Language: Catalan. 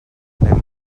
anem